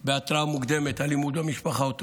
אלימות במשפחה בהתרעה מוקדמת או תופעות